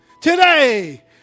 Today